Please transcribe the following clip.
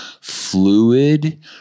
fluid